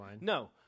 No